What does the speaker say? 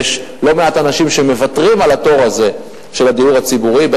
ויש לא מעט אנשים שמוותרים על התור הזה של הדיור הציבורי,